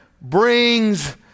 brings